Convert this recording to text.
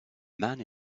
man